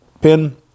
pin